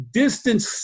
distance